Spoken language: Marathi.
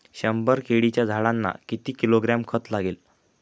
शंभर केळीच्या झाडांना किती किलोग्रॅम खत लागेल?